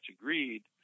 agreed